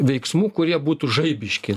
veiksmų kurie būtų žaibiški